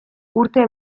urte